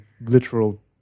literal